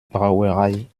brauerei